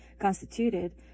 constituted